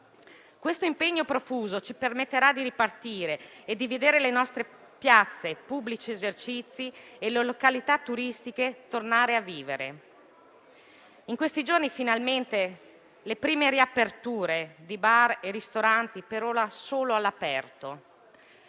Questo impegno profuso ci permetterà di ripartire e di vedere le nostre piazze, i pubblici esercizi e le località turistiche tornare a vivere. In questi giorni finalmente ci sono state le prime riaperture di bar e ristoranti, per ora solo all'aperto,